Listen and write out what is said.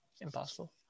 impossible